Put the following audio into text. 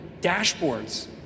dashboards